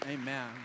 Amen